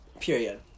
period